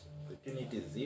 opportunities